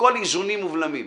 הכול איזונים ובלמים.